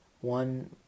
one